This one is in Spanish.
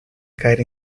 caer